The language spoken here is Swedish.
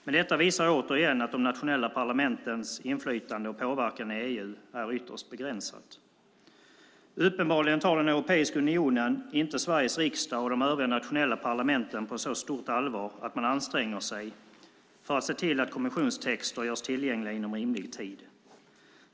Men detta visar återigen att de nationella parlamentens inflytande och påverkan i EU är ytterst begränsat. Uppenbarligen tar den europeiska unionen inte Sveriges riksdag och de övriga nationella parlamenten på så stort allvar att man anstränger sig för att se till att kommissionstexter görs tillgängliga inom rimlig tid.